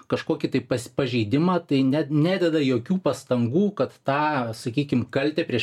kažkokį tai pas pažeidimą tai net nededa jokių pastangų kad tą sakykim kaltę prieš